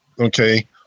Okay